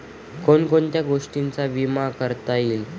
कोण कोणत्या गोष्टींचा विमा करता येईल?